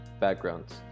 backgrounds